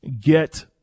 get